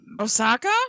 Osaka